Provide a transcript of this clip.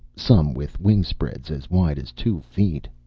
some with wingspreads as wide as two feet.